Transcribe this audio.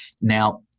Now